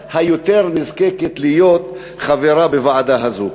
היותר-נזקקת להיות חברה בוועדה הזו.